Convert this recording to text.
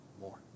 more